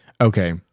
Okay